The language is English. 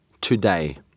today